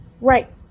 Right